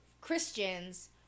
Christians